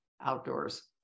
outdoors